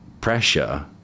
pressure